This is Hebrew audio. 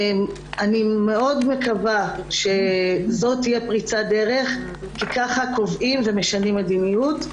אני מקווה מאוד שזאת תהיה פריצת דרך כי כך קובעים ומשנים מדיניות.